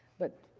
but,